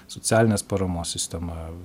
socialinės paramos sistema